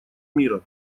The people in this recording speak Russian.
мира